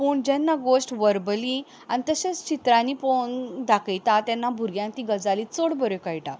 पूण जेन्ना गोश्ट वर्बली तशेंच चित्रांनी पोवन दाखयता तेन्ना भुरग्यां ती गजाली चड बऱ्यो कळटा